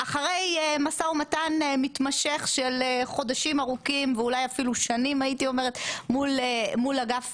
אחרי משא ומתן מתמשך של חודשים ואולי אף שנים מול אגף